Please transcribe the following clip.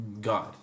God